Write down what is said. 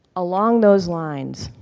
along those lines.